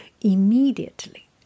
Immediately